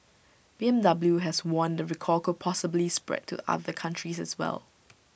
B M W has warned the recall could possibly spread to other countries as well